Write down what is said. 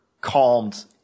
calmed